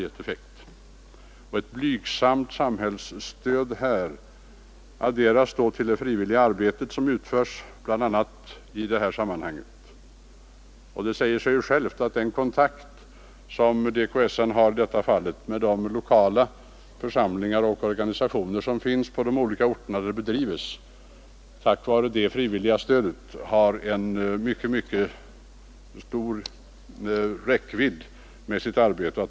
Ett även blygsamt samhällsstöd adderas då till det frivilliga arbete som utföres med gott resultat som följd. Det säger sig självt att DKSN:s arbete — tack vare kontakten med och det frivilliga stödet från de lokala församlingarna och organisationerna på de orter där verksamheten bedrivs — får en mycket stor räckvidd.